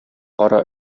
кара